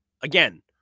Again